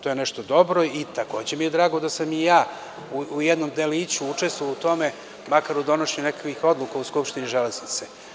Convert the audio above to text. To je nešto dobro i drago mi je da sam i ja u jednom deliću učestvovao u tome, makar u donošenju nekakvih odluka u Skupštini „Železnice“